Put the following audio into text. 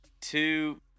two